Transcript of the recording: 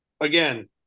again